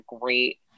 great